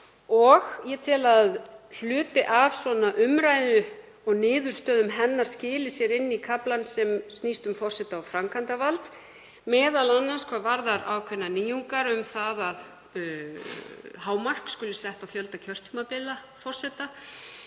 Ég tel að hluti af svona umræðu og niðurstöðum hennar skili sér inn í kaflann sem snýst um forseta og framkvæmdarvald, m.a. hvað varðar ákveðnar nýjungar um að hámark skuli sett á fjölda kjörtímabila forseta,